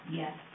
yes